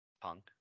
Punk